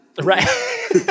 Right